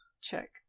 Check